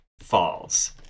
Falls